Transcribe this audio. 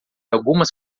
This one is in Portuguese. algumas